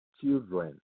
children